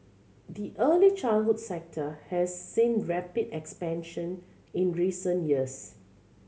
the early childhood sector has seen rapid expansion in recent years